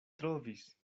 trovis